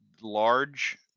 large